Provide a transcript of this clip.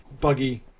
buggy